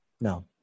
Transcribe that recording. No